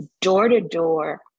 door-to-door